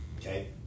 okay